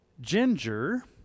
Ginger